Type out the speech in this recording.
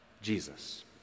Jesus